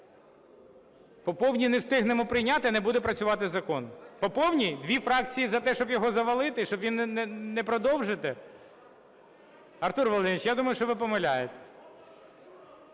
По повній не встигнемо прийняти – не буде працювати закон. По повній? Дві фракції за те, щоб його завалити, щоб він… не продовжити? Артур Володимирович, я думаю, що ви помиляєтеся.